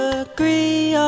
agree